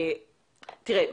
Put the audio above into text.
תראה,